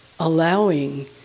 Allowing